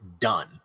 Done